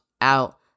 out